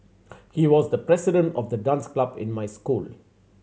he was the president of the dance club in my school